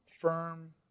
firm